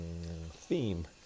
theme